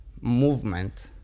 movement